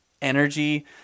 energy